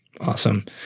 Awesome